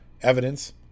evidence